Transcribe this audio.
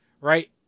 right